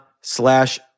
slash